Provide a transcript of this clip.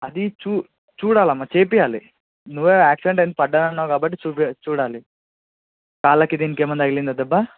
అది చూ చూడాలమ్మ చేయించాలి నువ్వే ఆక్సిడెంట్ అయింది పడ్డాన అన్నావు కాబట్టి చూపియ్ చూడాలి కాళ్ళకి దీనికి ఏమన్న తగిలిందా దెబ్బ